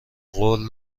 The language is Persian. قول